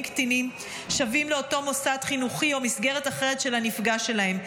קטינים שבים לאותו מוסד חינוכי או מסגרת אחרת של הנפגע שלהם.